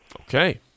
Okay